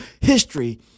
history